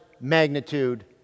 magnitude